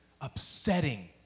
upsetting